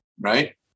right